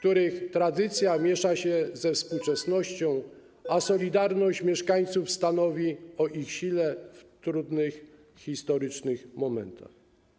Tradycja miesza się ze współczesnością, a solidarność mieszkańców stanowi o ich sile w trudnych historycznych momentach.